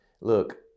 look